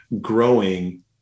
growing